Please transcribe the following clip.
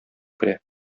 керә